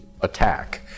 attack